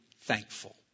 thankful